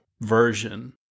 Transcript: version